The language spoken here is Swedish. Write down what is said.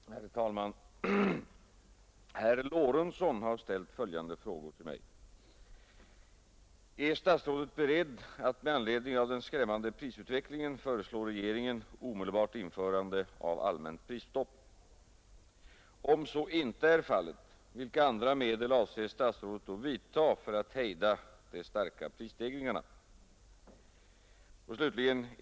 Herr talman! Herr Lorentzon har ställt följande frågor till mig. 1. Är statsrådet beredd att med anledning av den skrämmande prisutvecklingen föreslå regeringen omedelbart införande av allmänt prisstopp? 2. Om så inte är fallet: Vilka andra medel avser statsrådet då vidta för att hejda de starka prisstegringarna? 3.